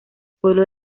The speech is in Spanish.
pueblo